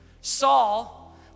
Saul